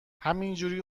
همینجوری